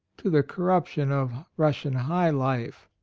to the corruption of russian high life.